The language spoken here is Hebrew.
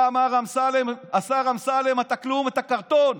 אתה, מר אמסלם, השר אמסלם, אתה כלום, אתה קרטון.